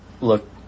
look